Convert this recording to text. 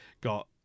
got